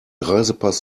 reisepass